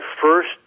first